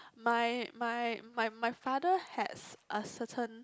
my my my my father has a certain